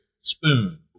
spoon